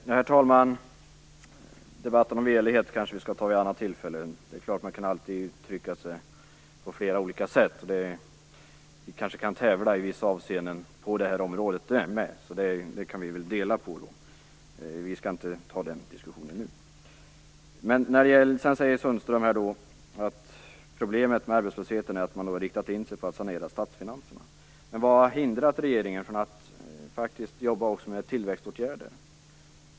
Herr talman! Debatten om velighet kanske vi skall ta vid ett annat tillfälle. Man kan alltid uttrycka sig på flera olika sätt, och vi kanske kan tävla i vissa avseenden också på det området. Vi kan kanske dela på det, och i alla fall inte ta den diskussionen nu. Anders Sundström säger att problemet med arbetslösheten är att regeringen riktat in sig på att sanera statsfinanserna. Men vad har hindrat regeringen från att jobba också med tillväxtåtgärder?